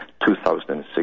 2006